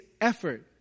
effort